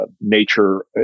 nature